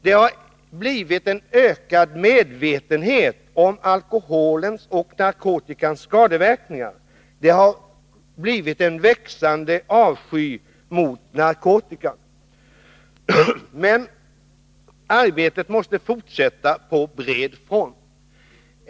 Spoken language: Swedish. Det har blivit en ökad medvetenhet om alkoholens och 173 narkotikans skadeverkningar. Det har blivit en växande avsky mot narkotikan. Men arbetet måste fortsätta på bred front.